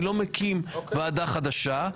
אני לא מקים ועדה חדשה,